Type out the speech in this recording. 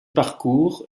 parcours